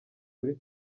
muri